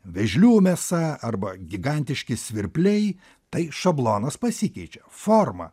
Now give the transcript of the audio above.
vėžlių mėsa arba gigantiški svirpliai tai šablonas pasikeičia forma